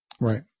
Right